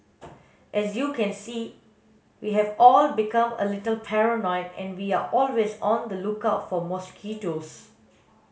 as you can see we have all become a little paranoid and we're always on the lookout for mosquitoes